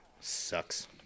Sucks